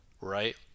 right